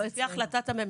לפי החלטת הממשלה.